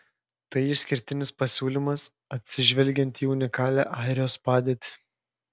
tai išskirtinis pasiūlymas atsižvelgiant į unikalią airijos padėtį